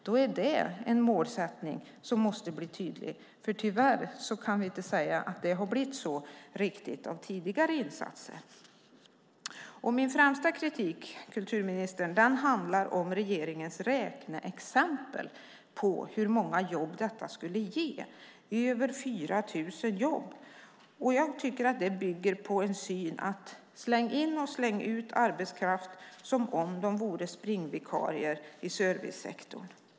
Tyvärr kan vi inte säga att det blivit riktigt på det sättet vad gäller tidigare insatser. Min främsta kritik, kulturministern, handlar om regeringens räkneexempel beträffande hur många jobb det skulle ge - över 4 000 jobb. Jag tycker att det bygger på synen släng in och släng ut arbetskraft som om det vore fråga om springvikarier i servicesektorn.